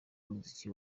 b’umuziki